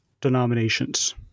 denominations